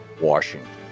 Washington